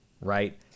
right